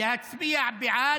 להצביע בעד.